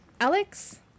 Alex